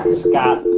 scott.